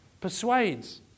persuades